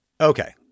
Okay